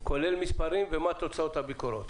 כולל מספרים ומה תוצאות הביקורות.